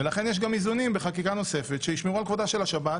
ולכן יש גם איזונים בחקיקה נוספת שישמרו על כבודה של השבת,